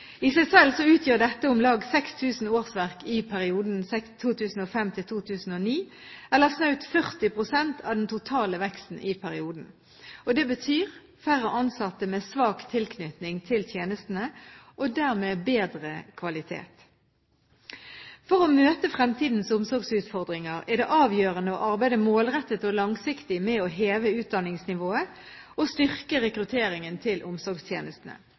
I seg selv utgjør dette om lag 6 000 årsverk i perioden 2005–2009, eller snaut 40 pst. av den totale veksten i perioden. Det betyr færre ansatte med svak tilknytning til tjenestene, og dermed bedre kvalitet. For å møte fremtidens omsorgsutfordringer er det avgjørende å arbeide målrettet og langsiktig med å heve utdanningsnivået og styrke rekrutteringen til omsorgstjenestene.